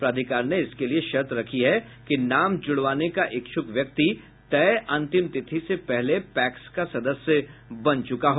प्राधिकार ने इसके लिए शर्त रखी है कि नाम जुड़वाने का इच्छुक व्यक्ति तय अंतिम तिथि से पहले पैक्स का सदस्य बन चुका हो